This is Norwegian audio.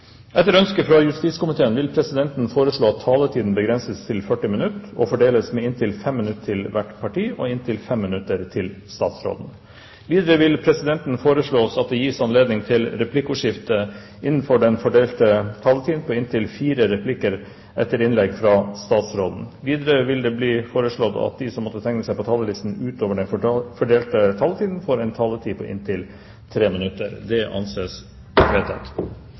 Etter ønske fra justiskomiteen vil presidenten foreslå at taletiden begrenses til 40 minutter og fordeles med inntil 5 minutter til hvert parti og inntil 5 minutter til statsråden. Videre vil presidenten foreslå at det gis anledning til replikkordskifte på inntil fire replikker etter innlegget fra statsråden innenfor den fordelte taletid. Videre blir det foreslått at de som måtte tegne seg på talerlisten utover den fordelte taletid, får en taletid på inntil 3 minutter. – Det anses vedtatt.